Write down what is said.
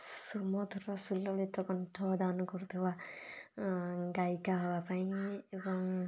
ସୁମଧୁର ସୁଲଭିତ କଣ୍ଠ ଦାନ କରୁଥିବା ଗାୟିକା ହେବା ପାଇଁ ଏବଂ